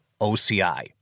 OCI